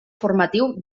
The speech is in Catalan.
formatiu